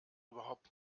überhaupt